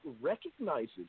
recognizes